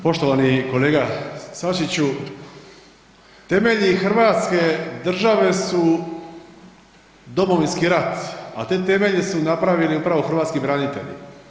Poštovani kolega Sačiću, temelji hrvatske države su Domovinski rat a ti temelji su napravili upravo hrvatski branitelji.